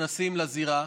נכנסים לזירה,